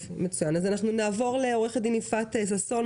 נעבור לעו"ד יפעת ששון,